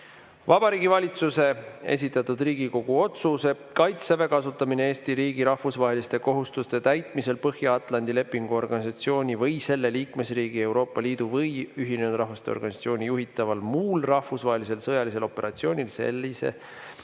Vabariigi Valitsuse esitatud Riigikogu otsuse "Kaitseväe kasutamine Eesti riigi rahvusvaheliste kohustuste täitmisel Põhja-Atlandi Lepingu Organisatsiooni või selle liikmesriigi, Euroopa Liidu või Ühinenud Rahvaste Organisatsiooni juhitaval muul rahvusvahelisel sõjalisel operatsioonil sellesse